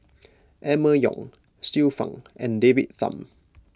Emma Yong Xiu Fang and David Tham